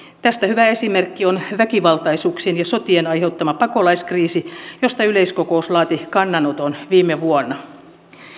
tästä hyvä esimerkki on väkivaltaisuuksien ja sotien aiheuttama pakolaiskriisi josta yleiskokous laati kannanoton viime vuonna